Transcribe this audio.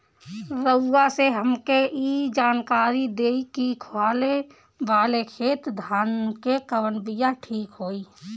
रउआ से हमके ई जानकारी देई की खाले वाले खेत धान के कवन बीया ठीक होई?